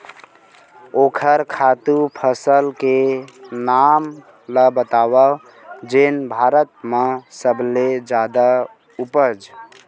ओखर खातु फसल के नाम ला बतावव जेन भारत मा सबले जादा उपज?